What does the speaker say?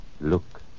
Look